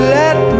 let